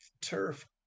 turf